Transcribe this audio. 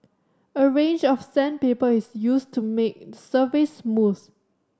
a range of sandpaper is used to make surface smooth